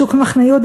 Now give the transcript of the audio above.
בשוק מחנה-יהודה,